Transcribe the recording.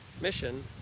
mission